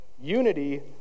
Unity